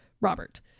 Robert